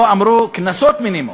פה אמרו: קנסות מינימום.